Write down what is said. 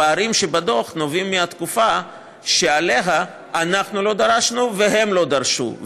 הפערים שבדוח נובעים מהתקופה שעליה אנחנו לא דרשנו והם לא דרשו,